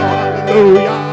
Hallelujah